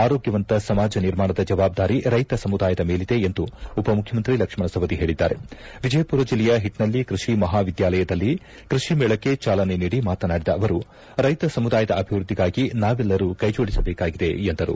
ಆರೋಗ್ಯವಂತ ಸಮಾಜ ನಿರ್ಮಾಣದ ಜವಾಬ್ದಾರಿ ರೈತ ಸಮುದಾಯದ ಮೇಲಿದೆ ಎಂದು ಉಪಮುಖ್ಯಮಂತ್ರಿ ಲಕ್ಷಣ ಸವದಿ ಹೇಳಿದ್ದಾರೆ ವಿಜಯಮರ ಜಿಲ್ಲೆಯ ಹಿಟ್ನಳ್ಳಿ ಕೃಷಿ ಮಹಾವಿದ್ದಾಲಯದಲ್ಲಿ ಕೃಷಿ ಮೇಳಕ್ಕೆ ಚಾಲನೆ ನೀಡಿ ಮಾತನಾಡಿದ ಅವರು ರೈತ ಸಮುದಾಯದ ಅಭಿವೃದ್ಧಿಗಾಗಿ ನಾವೆಲ್ಲರೂ ಕೈಜೋಡಿಸಬೇಕಾಗಿದೆ ಎಂದರು